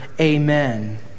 Amen